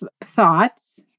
thoughts